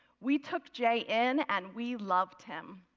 we took jay in and we loved him.